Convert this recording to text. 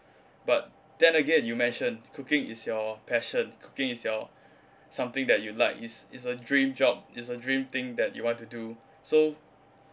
but then again you mention cooking is your passion cooking is your something that you like is is a dream job is a dream thing that you want to do so